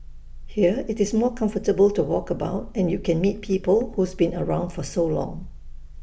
here IT is more comfortable to walk about and you can meet people who's been around for so long